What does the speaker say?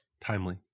timely